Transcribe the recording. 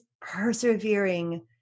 persevering